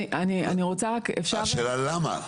השאלה למה?